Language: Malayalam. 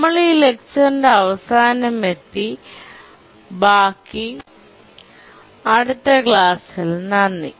നമ്മൾ ഈ ലെക്ചട്യൂറിൻറെ അവസാനം എത്തി ബാക്കി അടുത്ത ക്ലാസ്സിൽ നന്ദി